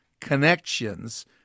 connections